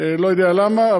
אני לא יודע למה.